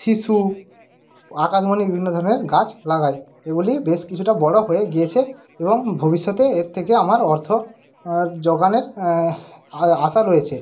শিশু আকাশমনি বিভিন্ন ধরণের গাছ লাগাই এগুলি বেশ কিছুটা বড়ো হয়ে গিয়েছে এবং ভবিষ্যতে এর থেকে আমার অর্থ যোগানের আশা রয়েছে